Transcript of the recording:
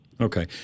okay